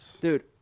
dude